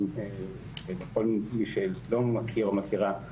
לכל מי שלא מכיר או מכירה,